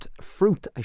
fruit